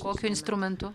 kokiu instrumentu